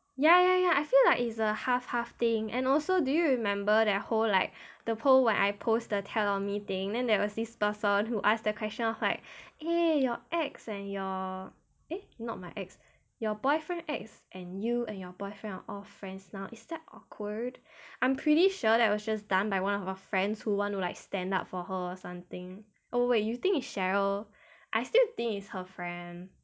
ya ya ya I feel like is a half half thing and also do you remember that whole like the poll where I post the tellonym thing then there was this person who asked the question like eh your ex and your eh not my ex your boyfriend ex and you and your boyfriend are all friends now is that awkward I'm pretty sure that was just done by one of her friends who want to like stand up for her or something oh wait you think it's cheryl I still think it's her friend